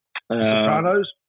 Sopranos